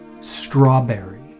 strawberry